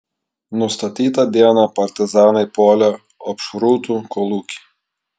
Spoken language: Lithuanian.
nustatytą dieną partizanai puolė opšrūtų kolūkį